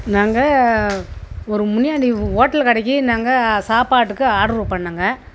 நாங்கள் ஒரு முனியாண்டி ஓட்டல் கடைக்கு நாங்கள் சாப்பாட்டுக்கு ஆர்ட்ரு பண்ணோங்க